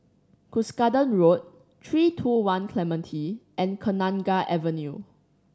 Cuscaden Road Three Two One Clementi and Kenanga Avenue